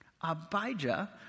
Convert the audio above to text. Abijah